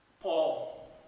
Paul